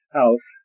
house